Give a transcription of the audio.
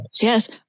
Yes